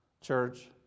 church